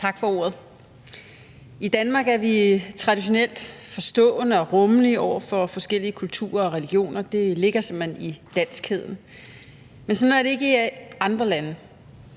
Tak for ordet. I Danmark er vi traditionelt forstående og rummelige over for forskellige kulturer og religioner – det ligger simpelt hen i danskheden. Men sådan er det ikke i andre lande,